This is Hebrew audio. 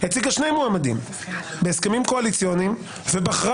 בשיקול דעת ובחישוב מראש.